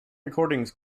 recordings